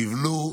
תבנו,